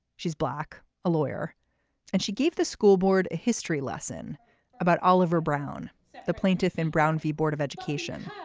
she's black a lawyer and she gave the school board a history lesson about oliver brown the plaintiff in brown v. board of education.